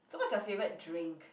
so what's your favorite drink